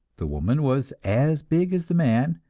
the woman was as big as the man,